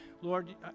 Lord